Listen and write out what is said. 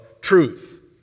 truth